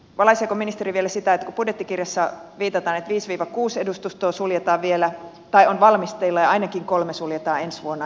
valaiseeko ministeri vielä sitä kun budjettikirjassa viitataan että viisi kuusi edustustoa suljetaan vielä tai se on valmisteilla ja ainakin kolme suljetaan ensi vuonna